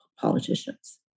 politicians